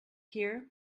here